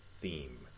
theme